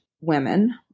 women